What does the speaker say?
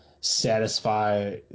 satisfy